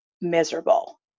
miserable